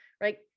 right